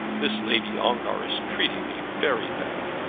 this lady ongar is treating me very bad.